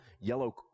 yellow